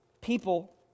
people